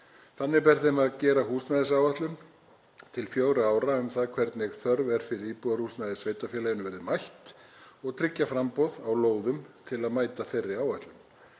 Þannig ber þeim að gera húsnæðisáætlun til fjögurra ára um það hvernig þörf fyrir íbúðarhúsnæði í sveitarfélaginu verði mætt og tryggja framboð á lóðum til að mæta þeirri áætlun.